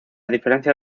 diferencia